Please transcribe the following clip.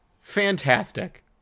fantastic